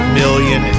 million